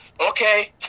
okay